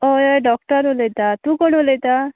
हय हांव डॉक्टर उलयतां तूं कोण उलयता